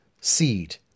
Seed